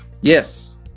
Yes